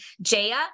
Jaya